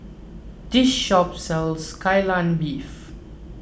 this shop sells Kai Lan Beef